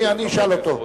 אני אשאל אותו.